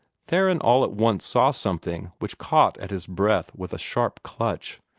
theron all at once saw something which caught at his breath with a sharp clutch.